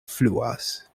fluas